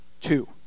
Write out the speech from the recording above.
Two